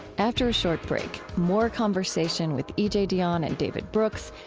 after a short break, more conversation with e j. dionne and david brooks,